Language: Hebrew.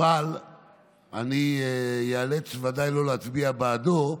אבל אני ודאי איאלץ לא להצביע בעדו.